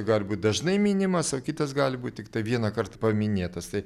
gali būt dažnai minimas o kitas gali būt tiktai vienąkart paminėtas tai